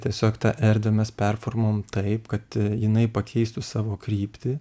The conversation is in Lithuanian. tiesiog tą erdvę mes performulavom taip kad jinai pakeistų savo kryptį